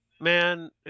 Man